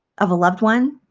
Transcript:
of a loved one,